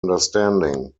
understanding